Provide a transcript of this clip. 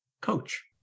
coach